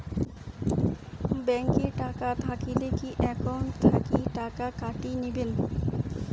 Bank এ টাকা থাকিলে কি একাউন্ট থাকি টাকা কাটি নিবেন?